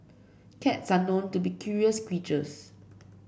cats are known to be curious creatures